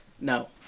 No